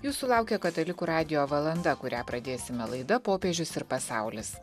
jūsų laukia katalikų radijo valanda kurią pradėsime laida popiežius ir pasaulis